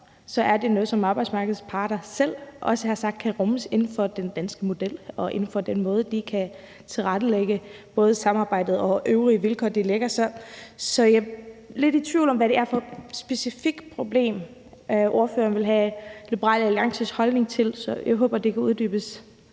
er det noget, som arbejdsmarkedets parter også selv har sagt kan rummes inden for den danske model og inden for den måde, de kan tilrettelægge både samarbejdet og de øvrige vilkår, de anlægger på. Jeg er lidt i tvivl om, hvad det er for et specifikt problem, ordføreren vil have Liberal Alliances holdning til, så jeg håber, det kan uddybes